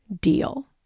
deal